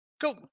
Go